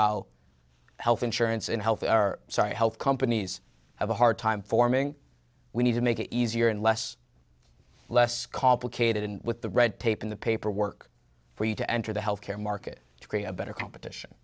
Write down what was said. while health insurance and health are sorry health companies have a hard time forming we need to make it easier and less less complicated with the red tape in the paperwork for you to enter the healthcare market to create a better competition